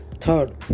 Third